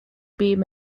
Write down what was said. beam